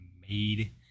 made